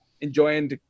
enjoying